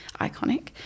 Iconic